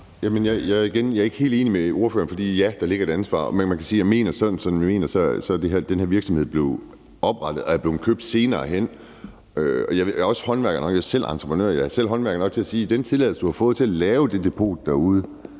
jeg ikke er helt enig med ordføreren. For ja, der ligger et ansvar, men man kan sige, at sådan som jeg mener at det er, er den her virksomhed blevet oprettet eller købt senere hen. Jeg er selv entreprenør, og jeg er selv håndværker nok til at sige: I den tilladelse, man har fået, til at lave det depot derude,